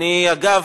אגב,